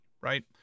right